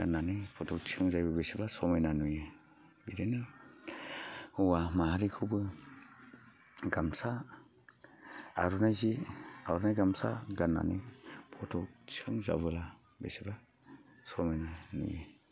गाननानै फटक थिखां जायो बिसेबा समायना नुयो बिदिनो हौवा माहारिखौबो गामसा आर'नाय जि आर'नाय गामसा गाननानै फटक थिखां जाबोला बेसेबा समायना नुयो